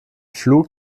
flug